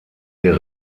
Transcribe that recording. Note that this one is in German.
der